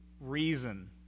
reason